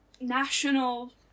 national